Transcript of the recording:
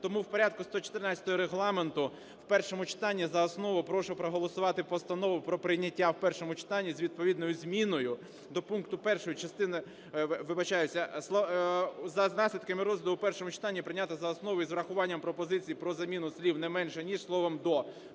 Тому в порядку 114-ї Регламенту в першому читанні і за основу прошу проголосувати Постанову про прийняття в першому читанні з відповідною зміною до пункту 1 частини… вибачаюся, за наслідками розгляду в першому читанні прийняти за основу із врахуванням пропозицій про заміну слів "не менше ніж" словом "до".